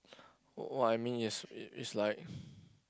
what I mean is is like